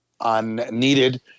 unneeded